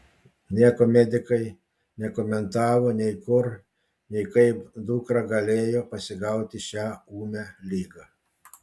nieko medikai nekomentavo nei kur nei kaip dukra galėjo pasigauti šią ūmią ligą